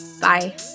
bye